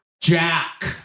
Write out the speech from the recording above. Jack